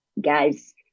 guys